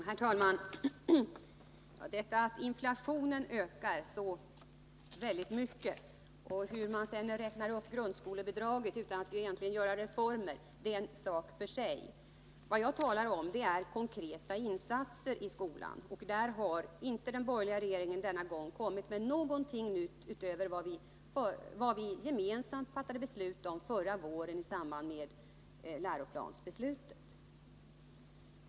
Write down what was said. Herr talman! Detta att inflationen ökar så mycket och hur man sedan räknar upp grundskolebidraget utan att egentligen göra reformer är en sak för sig. Vad jag talar om är konkreta insatser i skolan, och där har inte den borgerliga regeringen kommit med någonting nytt utöver vad vi gemensamt fattade beslut om förra våren i samband med läroplansbeslutet.